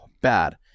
bad